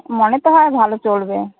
মনে তো হয় ভালো চলবে